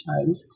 child